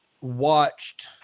watched